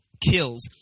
kills